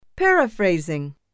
Paraphrasing